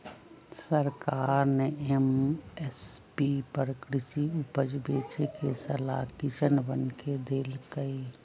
सरकार ने एम.एस.पी पर कृषि उपज बेचे के सलाह किसनवन के देल कई